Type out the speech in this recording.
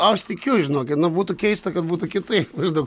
aš tikiu žinokit būtų keista kad būtų kitaip maždaug